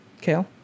Kale